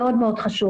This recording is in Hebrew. מאוד מאוד חשוב.